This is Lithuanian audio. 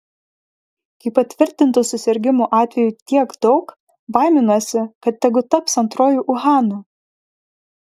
kai patvirtintų susirgimų atvejų tiek daug baiminuosi kad tegu taps antruoju uhanu